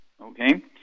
okay